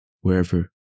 wherever